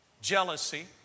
jealousy